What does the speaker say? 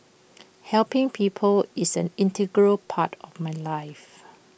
helping people is an integral part of my life